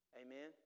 Amen